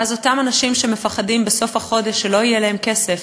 ואז אותם אנשים שמפחדים בסוף החודש שלא יהיה להם כסף